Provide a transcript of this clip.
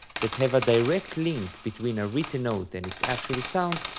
that have a direct link between a written note and its actual sound,